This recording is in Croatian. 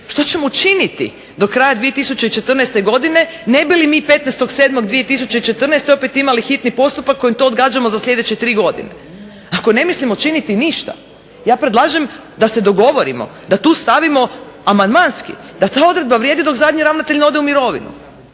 što ćemo učiniti do kraja 2014. godine ne bi li mi 15.07.2014. opet imali hitni postupak kojim to odgađamo za sljedeće tri godine? Ako ne mislimo činiti ništa ja predlažem da se dogovorimo, da tu stavimo amandmanski da ta odredba vrijedi dok zadnji ravnatelj ne ode u mirovinu,